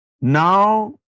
now